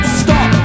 stop